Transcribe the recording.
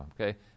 Okay